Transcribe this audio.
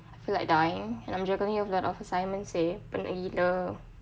I feel like dying and I'm juggling a lot of assignments seh penat gila